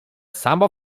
samo